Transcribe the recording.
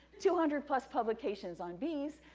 two hundred plus publications on bees,